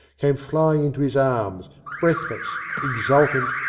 came flying into his arms, breathless, exultant,